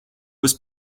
was